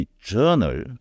journal